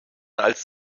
als